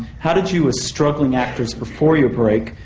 how did you, as struggling actors before your break,